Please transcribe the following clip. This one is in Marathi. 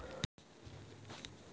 कागदनी जाडी कॉलिपर कन मोजतस